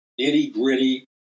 nitty-gritty